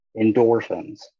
endorphins